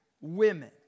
women